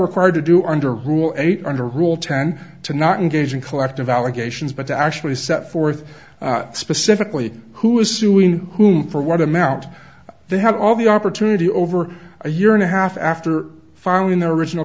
required to do under rule eight under rule ten to not engage in collective allegations but to actually set forth specifically who is suing whom for what amount they had all the opportunity over a year and a half after filing their original